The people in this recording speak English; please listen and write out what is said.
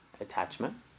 Attachment